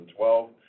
2012